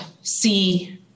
see